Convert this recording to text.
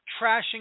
trashing